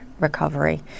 recovery